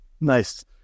Nice